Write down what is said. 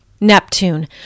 Neptune